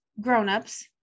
grownups